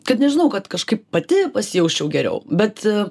kad nežinau kad kažkaip pati pasijausčiau geriau bet